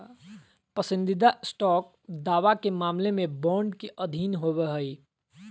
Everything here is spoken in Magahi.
पसंदीदा स्टॉक दावा के मामला में बॉन्ड के अधीन होबो हइ